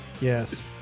Yes